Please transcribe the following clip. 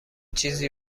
چیزی